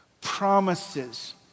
promises